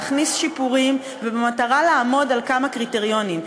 במטרה להכניס שיפורים ובמטרה לעמוד על כמה קריטריונים: